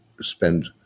spend